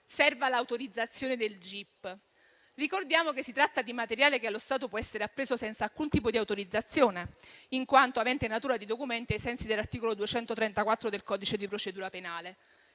serva l'autorizzazione del gip. Ricordiamo che si tratta di materiale che allo stato può essere appreso senza alcun tipo di autorizzazione, in quanto avente natura di documento ai sensi dell'articolo 234 del codice di procedura penale,